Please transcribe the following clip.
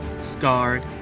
scarred